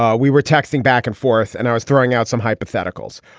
ah we were texting back and forth and i was throwing out some hypotheticals.